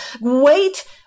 wait